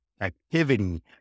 activity